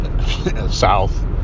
South